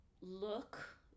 look